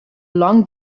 long